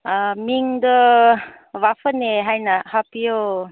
ꯃꯤꯡꯗ ꯕꯥꯐꯅꯦ ꯍꯥꯏꯅ ꯍꯥꯞꯄꯤꯌꯣ